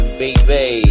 baby